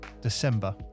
December